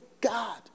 God